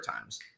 times